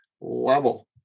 level